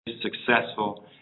successful